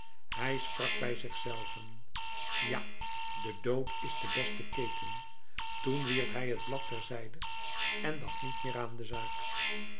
hij sprak bij zich zelven ja de dood is de beste keten toen wierp hij het blad ter zijde en dacht niet meer aan de zaak